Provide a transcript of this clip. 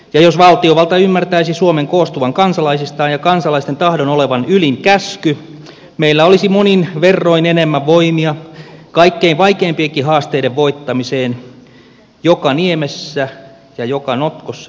jos valtiovalta ymmärtäisi suomen koostuvan kansalaisistaan ja kansalaisten tahdon olevan ylin käsky meillä olisi monin verroin enemmän voimia kaikkein vaikeimpienkin haasteiden voittamiseen joka niemessä ja joka notkossa ja saarelmassa